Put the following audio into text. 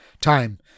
time